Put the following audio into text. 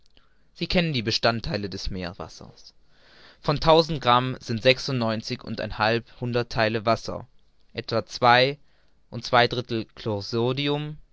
sie kennen die bestandtheile des meerwassers von tausend gramm sind sechsundneunzig und ein halb hunderttheile wasser etwa zwei und zwei drittel